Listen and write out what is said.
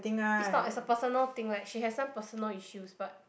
it's not it's a personal thing like she has some personal issues but